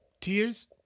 Tears